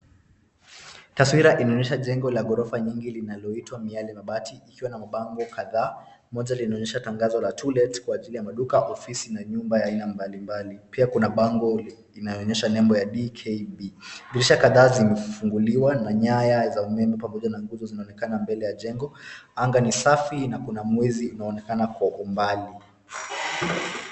Taswira inaonyesha jengo la ghorofa nyingi linaloitwa Mialemabati ikiwa na mabango kadhaa, moja linaonyesha tangazo la to let kwa ajili ya maduka, ofisi na nyumba ya aina mbalimbali. Pia kuna bango inayoonyesha nembo ya dkb . Dirisha kadhaa zimefunguliwa na nyaya za umeme pamoja na nguvu zinaonekana mbele ya jengo. Anga ni safi na kuna mwezi unaonekana kwa umbali.